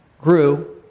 grew